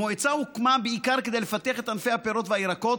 המועצה הוקמה בעיקר כדי לפתח את ענפי הפירות והירקות,